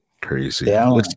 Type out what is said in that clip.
Crazy